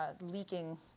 leaking